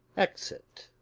exit.